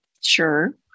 sure